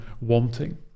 wanting